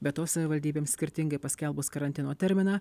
be to savivaldybėms skirtingai paskelbus karantino terminą